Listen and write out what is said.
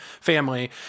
family